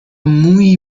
مویی